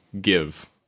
give